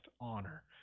honor